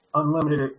unlimited